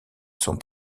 sont